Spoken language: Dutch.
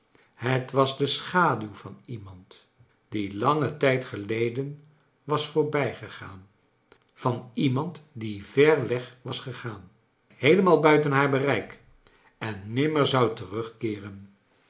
het was de schaduw van iemand die langen tijd geleden was voorbijgegaan van iemand die ver weg was gegaan heelemaal buiten haar bereik en nimmer zou terugkeeren